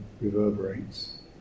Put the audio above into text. reverberates